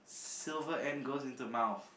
silver end goals into mouth